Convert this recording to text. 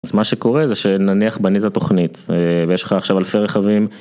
אז מה שקורה זה שנניח בנית תוכנית ויש לך עכשיו אלפי רכבים.